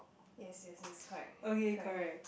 yes yes yes correct correct